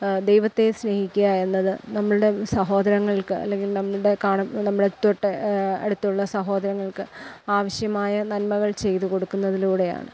ദൈവത്തെ സ്നേഹിക്കുക എന്നത് നമ്മളുടെ സഹോദരങ്ങൾക്ക് അല്ലെങ്കിൽ നമ്മളുടെ നമ്മളുടെ തൊട്ട് അടുത്തുള്ള സഹോദരങ്ങൾക്ക് ആവശ്യമായ നന്മകൾ ചെയ്തു കൊടുക്കുന്നതിലൂടെയാണ്